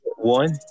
One